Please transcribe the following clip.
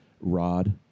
Rod